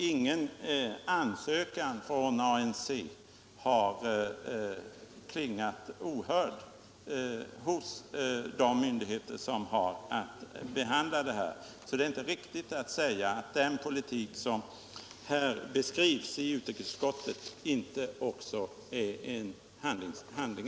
Ingen ansökan från ANC har förklingat ohörd hos de myndigheter som har att behandla sådana. Det är alltså inte riktigt att säga att den politik som beskrivs i utrikesutskottets betänkande inte är en handlingens politik.